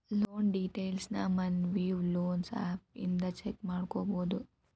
loan ಡೇಟೈಲ್ಸ್ನ Money View loans app ಇಂದ check ಮಾಡ್ಕೊಬೋದು